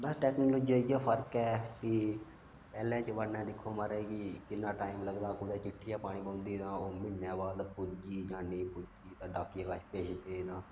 बस technology दा इ'यै फर्क ऐ कि पैह्लें जमान्ने दिक्खो महाराज कि किन्ना टाइम लगदा हा कुतै चिट्ठी गै पानी होंदी हा तां ओह् म्हीनें बाद पुज्जी जां नेईं पुज्जी ते डाकिया कश भेजदे नां